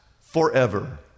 forever